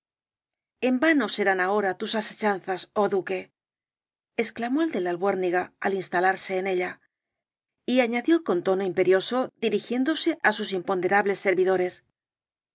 n vano serán ahora tus asechanzas oh duque exclamó el de la albuérniga al instalarse en ella y añadió con tono imperioso dirigiéndose á sus imponderables servidores